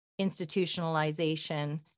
institutionalization